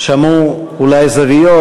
שמעו אולי זוויות,